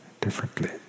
differently